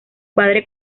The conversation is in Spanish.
padre